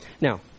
Now